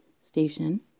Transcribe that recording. station